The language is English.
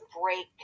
break